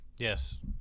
Yes